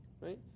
Right